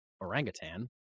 orangutan